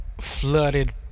flooded